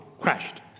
crashed